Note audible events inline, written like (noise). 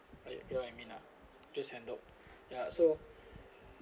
but you get what I mean lah just handled (breath) ya so